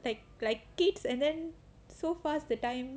like like kids and then so fast that time